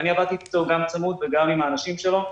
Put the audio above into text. ואני עבדתי איתו גם צמוד וגם עם האנשים שלו.